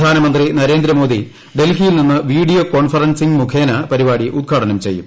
പ്രധാനമന്ത്രി നരേന്ദ്രമോദി ഡൽഹിയിൽ നിന്ന് വീഡിയോ കോൺഫറൻസിംഗ് മുഖേന പരിപാടി ഉദ്ഘാടനം ചെയ്യും